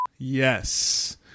Yes